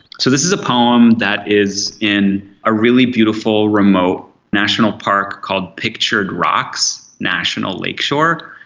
so this is a poem that is in a really beautiful remote national park called pictured rocks national lakeshore,